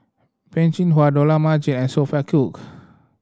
Peh Chin Hua Dollah Majid and Sophia Cooke